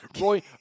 Roy